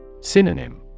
Synonym